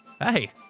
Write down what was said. Hey